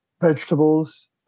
vegetables